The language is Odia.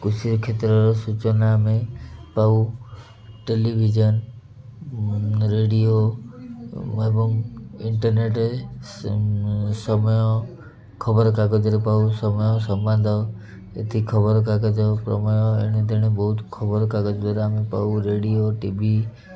କୃଷି କ୍ଷେତ୍ରର ସୂଚନା ଆମେ ପାଉ ଟେଲିଭିଜନ ରେଡ଼ିଓ ଏବଂ ଇଣ୍ଟର୍ନେଟ ସମୟ ଖବରକାଗଜରେ ପାଉ ସମୟ ସମ୍ବାନ୍ଧ ଏଥି ଖବରକାଗଜ ପ୍ରମେୟ ଏଣେଦେଣେ ବହୁତ ଖବରକାଗଜ ଦ୍ୱାରା ଆମେ ପାଉ ରେଡ଼ିଓ ଟିଭି